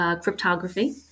cryptography